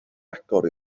agor